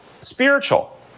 spiritual